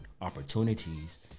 opportunities